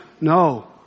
No